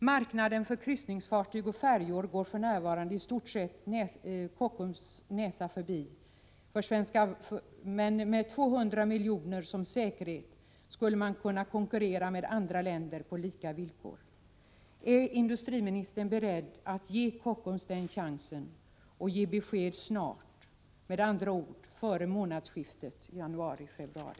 Marknaden för kryssningsfartyg och färjor går för närvarande i stort sett Kockums näsa förbi, men med 200 milj.kr. som säkerhet skulle man kunna konkurrera med andra länder på lika villkor. Är industriministern beredd att ge Kockums den chansen och ge besked snart, med andra ord före månadsskiftet januari-februari?